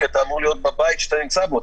כי אתה אמור להיות בבית שאתה נמצא בו,